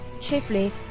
chiefly